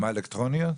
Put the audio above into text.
אלקטרוניות?